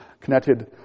connected